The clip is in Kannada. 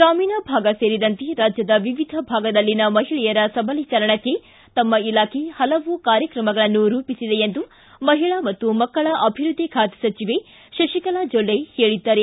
ಗ್ರಾಮೀಣ ಭಾಗ ಸೇರಿದಂತೆ ರಾಜ್ಯದ ವಿವಿಧ ಭಾಗದಲ್ಲಿನ ಮಹಿಳೆಯರ ಸಬಿಲೀಕರಣಕ್ಕೆ ತಮ್ಮ ಇಲಾಖೆ ಹಲವು ಕಾರ್ಯಕ್ರಮಗಳನ್ನು ರೂಪಿಸಿದೆ ಎಂದು ಮಹಿಳಾ ಮತ್ತು ಮಕ್ಕಳ ಅಭಿವೃದ್ಧಿ ಖಾತೆ ಸಚಿವೆ ಶಶಿಕಲಾ ಜೊಲ್ಲೆ ಹೇಳಿದ್ದಾರೆ